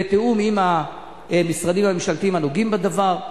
בתיאום עם המשרדים הממשלתיים הנוגעים בדבר,